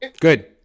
Good